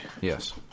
Yes